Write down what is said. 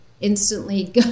instantly